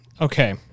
okay